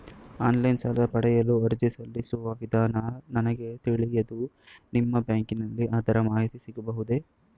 Online ಸಾಲ ಪಡೆಯಲು ಅರ್ಜಿ ಸಲ್ಲಿಸುವ ವಿಧಾನ ನನಗೆ ತಿಳಿಯದು ನಿಮ್ಮ ಬ್ಯಾಂಕಿನಲ್ಲಿ ಅದರ ಮಾಹಿತಿ ಸಿಗಬಹುದೇ?